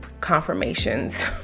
confirmations